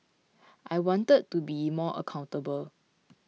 I wanted to be more accountable